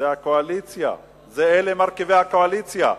זה הקואליציה, מרכיבי הקואליציה.